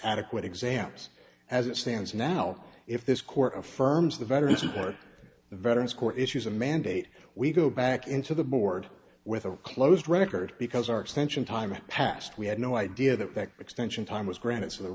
adequate exams as it stands now if this court affirms the better support for the veterans core issues a mandate we go back into the board with a closed record because our extension time passed we had no idea that that extension time was granted so the